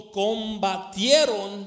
combatieron